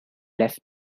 left